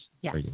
Yes